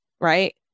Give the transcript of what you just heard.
right